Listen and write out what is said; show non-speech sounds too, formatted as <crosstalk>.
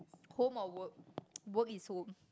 home or work <noise> work is home